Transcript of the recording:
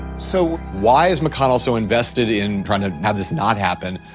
so why is mcconnell so invested in trying to have this not happen.